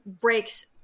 breaks